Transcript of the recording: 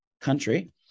country